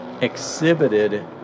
exhibited